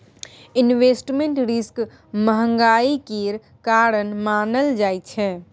investment risk महंगाई केर कारण मानल जाइ छै